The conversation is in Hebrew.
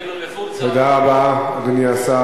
כבוד השר, תגיד לו, תודה רבה, אדוני השר.